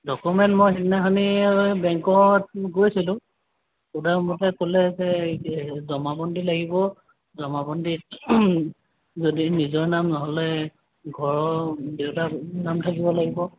document মই সিদিনাখনেই বেংকত গৈছিলোঁ সোধা মতে ক'লে যে জমা বন্দী লাগিব জমা বন্দী যদি নিজৰ নাম নহ'লে ঘৰৰ দেউতাৰ নাম থাকিব লাগিব